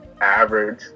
average